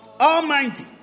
almighty